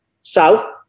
South